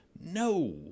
No